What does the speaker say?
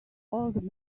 old